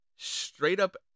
straight-up